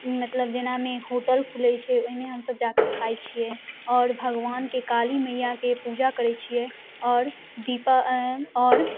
मतलब जेनामे होटल खुलै छै ओहिमे हमसब जाकऽ खाइ छिए आओर भगवानके काली मइआके पूजा करै छिए आओर दीपा आओर